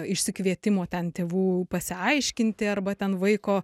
išsikvietimo ten tėvų pasiaiškinti arba ten vaiko